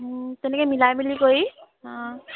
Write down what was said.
তেনেকৈ মিলাই মেলি কৰি অঁ